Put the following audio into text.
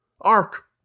ark